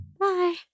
Bye